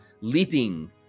leaping